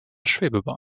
schwebebahn